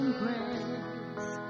grace